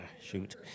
shoot